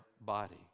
body